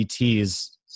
ETs